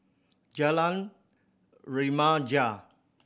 Jalan Remaja